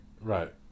Right